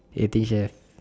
eh eighteen chef